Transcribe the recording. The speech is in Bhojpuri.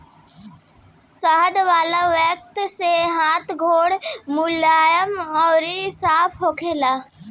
शहद वाला वैक्स से हाथ गोड़ मुलायम अउरी साफ़ होखेला